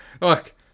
Look